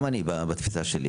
גם אני בתפיסה שלי,